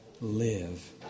live